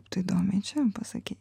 tu įdomiai čia pasakei